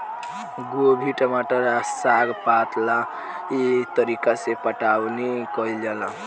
गोभी, टमाटर आ साग पात ला एह तरीका से पटाउनी कईल जाला